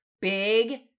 big